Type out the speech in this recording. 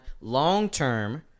long-term